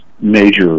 major